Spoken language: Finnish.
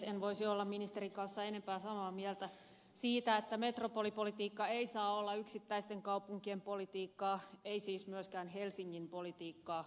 en voisi olla ministerin kanssa enempää samaa mieltä siitä että metropolipolitiikka ei saa olla yksittäisten kaupunkien politiikkaa ei siis myöskään helsingin politiikkaa